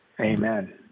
Amen